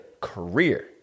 career